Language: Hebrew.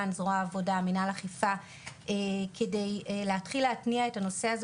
זרוע העבודה ומנהל האכיפה על מנת להתחיל להתניע את הנושא הזה